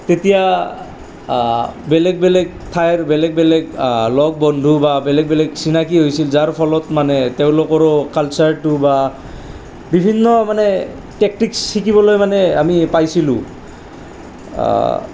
তেতিয়া বেলেগ বেলেগ ঠাইৰ বেলেগ বেলেগ লগ বন্ধু বা বেলেগ বেলেগ চিনাকি হৈছিল যাৰ ফলত মানে তেওঁলোকৰো কালচাৰটো বা বিভিন্ন মানে টেকটিক্স শিকিবলৈ মানে আমি পাইছিলো